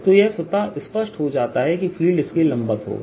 तो यह स्वतः स्पष्ट हो जाता है कि फ़ील्ड इसके लंबवत होगा